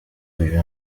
uyu